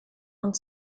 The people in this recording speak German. und